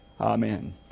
Amen